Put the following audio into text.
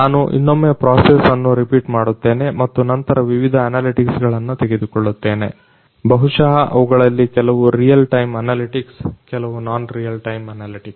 ನಾನು ಇನ್ನೊಮ್ಮೆ ಪ್ರೊಸೆಸ್ ಅನ್ನು ರಿಪೀಟ್ ಮಾಡುತ್ತೇನೆ ಮತ್ತು ನಂತರ ವಿವಿಧ ಅನಲೆಟಿಕ್ಸ್ ಅನ್ನು ತೆಗೆದುಕೊಳ್ಳುತ್ತೇನೆ ಬಹುಶಃ ಅವುಗಳಲ್ಲಿ ಕೆಲವು ರಿಯಲ್ ಟೈಮ್ ಅನಲೆಟಿಕ್ಸ್ ಕೆಲವು ನಾನ್ ರಿಯಲ್ ಟೈಮ್ ಅನಲೆಟಿಕ್ಸ್